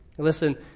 Listen